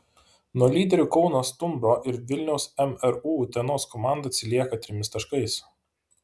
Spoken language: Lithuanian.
nuo lyderių kauno stumbro ir vilniaus mru utenos komanda atsilieka trimis taškais